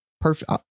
perfect